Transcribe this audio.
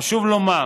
חשוב לומר